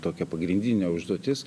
tokia pagrindinė užduotis